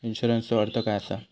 इन्शुरन्सचो अर्थ काय असा?